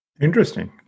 Interesting